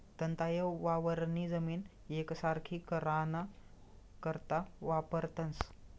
दंताये वावरनी जमीन येकसारखी कराना करता वापरतंस